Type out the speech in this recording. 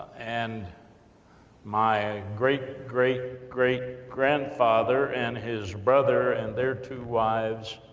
and my great great great grandfather, and his brother, and their two wives,